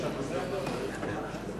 לא, אין חמש דקות ולא חמש דקות.